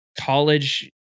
College